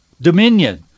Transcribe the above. dominion